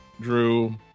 drew